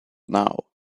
now